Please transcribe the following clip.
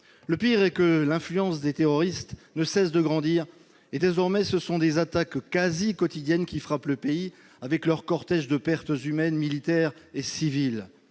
Le pire est que l'influence des terroristes ne cesse de grandir. Désormais, ce sont des attaques quasi quotidiennes qui frappent le pays, avec leur cortège de pertes humaines, militaires et civiles.